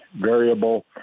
variable